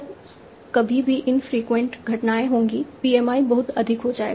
जब कभी भी इनफ्रीक्वेंट घटनाएं होंगी PMI बहुत अधिक हो जाएगा